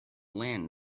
land